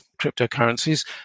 cryptocurrencies